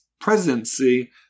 presidency